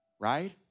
right